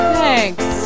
thanks